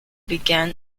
began